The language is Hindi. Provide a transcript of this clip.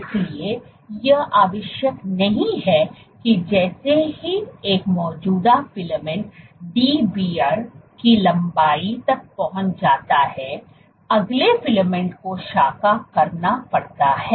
इसलिए यह आवश्यक नहीं है कि जैसे ही एक मौजूदा फिलामेंट Dbr की लंबाई तक पहुँच जाता हैअगले फिलामेंट को शाखा करना पड़ता है